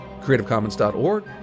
Creativecommons.org